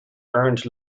earned